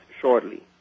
shortly